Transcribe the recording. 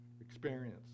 Experience